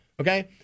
okay